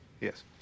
Yes